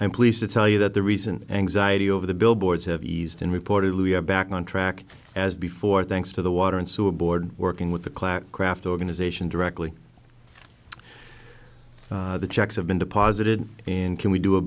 i'm pleased to tell you that the reason anxiety over the billboards have eased and reportedly are back on track as before thanks to the water and sewer board working with the class craft organization directly the checks have been deposited in can we do a